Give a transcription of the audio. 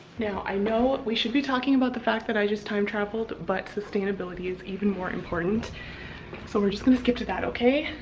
now i know we should be talking about the fact that i just time-traveled but sustainability is even more important so we're just gonna skip to that. okay,